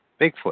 Bigfoot